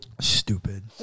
Stupid